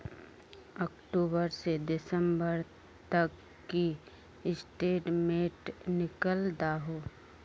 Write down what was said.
अक्टूबर से दिसंबर तक की स्टेटमेंट निकल दाहू?